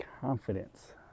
confidence